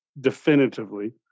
definitively